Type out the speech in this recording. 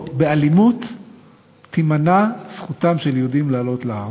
תימנע באלימות זכותם של יהודים לעלות להר.